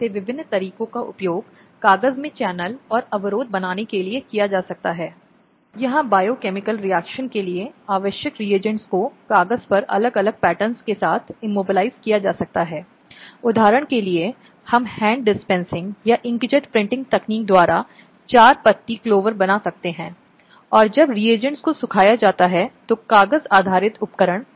इसलिए वर्गीकरण या जीवन और गरिमा के खिलाफ अपराध के रूप में और कई अपराध हैं जो बलात्कार की इस श्रेणी में आते हैं शीलता का अपमान एसिड फेंकना यौन उत्पीड़न पीछा करना यात्रा करना अभद्रता एक महिला का वस्त्र उतारना